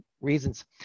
reasons